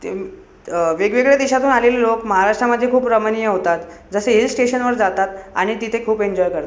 ते म वेगवेगळ्या देशातून आलेले लोक महाराष्ट्रामध्ये खूप रमणीय होतात जसे हिल स्टेशनवर जातात आणि तिथे खूप एन्जॉय करतात